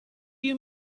you